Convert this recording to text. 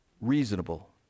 reasonable